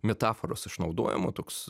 metaforos išnaudojimu toks